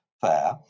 Fair